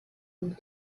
und